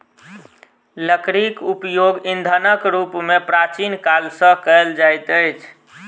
लकड़ीक उपयोग ईंधनक रूप मे प्राचीन काल सॅ कएल जाइत अछि